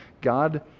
God